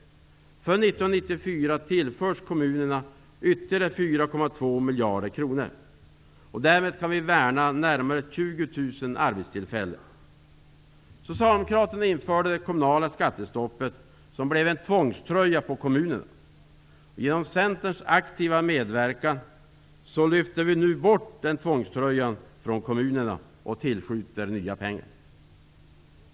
1994 tillförs kommunerna ytterligare 4,2 miljarder kronor. Därmed kan vi värna närmare 20 000 Socialdemokraterna införde det kommunala skattestoppet som blev en tvångströja på kommunerna. Genom Centerns aktiva medverkan lyfter vi nu bort den tvångströjan från kommunerna och tillskjuter nya pengar.